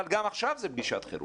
אבל גם עכשיו זה פגישת חירום,